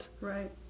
right